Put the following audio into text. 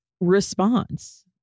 response